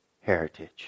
heritage